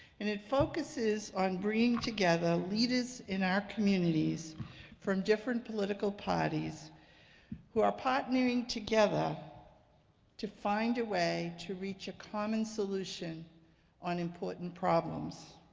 and it focuses on bringing together leaders in our communities from different political parties who are partnering together to find a way to reach a common solution on important problems.